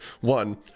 one